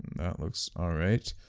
that looks all right